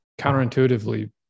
counterintuitively